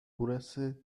burası